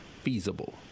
feasible